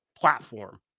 platform